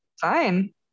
fine